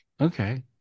Okay